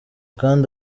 kandi